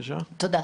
תודה.